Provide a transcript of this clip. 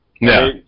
No